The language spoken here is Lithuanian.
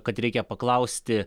kad reikia paklausti